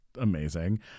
amazing